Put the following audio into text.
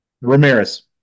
Ramirez